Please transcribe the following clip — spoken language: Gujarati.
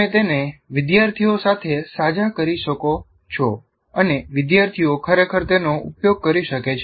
તમે તેને વિદ્યાર્થીઓ સાથે સાઝા કરી શકો છો અને વિદ્યાર્થીઓ ખરેખર તેનો ઉપયોગ કરી શકે છે